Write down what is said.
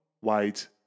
white